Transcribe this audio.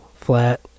flat